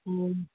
ꯎꯝ